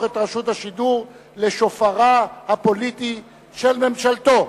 את רשות השידור לשופרה הפוליטי של ממשלתו.